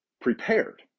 prepared